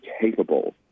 capable